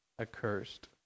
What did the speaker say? accursed